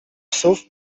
psów